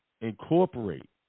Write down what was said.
Incorporate